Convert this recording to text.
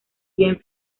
bien